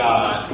God